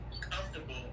comfortable